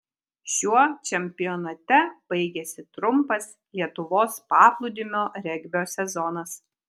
šiuo čempionate baigėsi trumpas lietuvos paplūdimio regbio sezonas